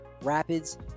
rapids